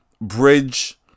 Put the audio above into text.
bridge